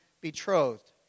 betrothed